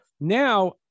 Now